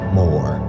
more